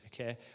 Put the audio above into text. Okay